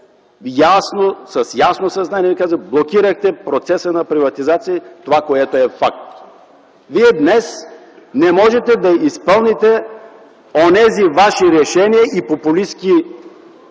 с ясно съзнание го казвам, блокирахте процеса на приватизация, това, което е факт. Вие днес не можете да изпълните онези ваши решения и популистки